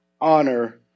honor